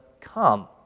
come